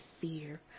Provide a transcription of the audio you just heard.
fear